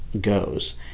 goes